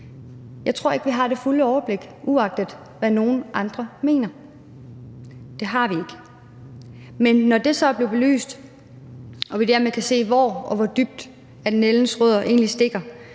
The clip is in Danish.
Jeg tror ikke, vi har det fulde overblik, uagtet hvad andre mener – det har vi ikke. Men når det så er blevet belyst, og vi dermed kan se, hvor og hvor dybt nældens rødder egentlig stikker,